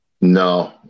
No